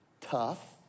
tough